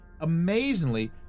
amazingly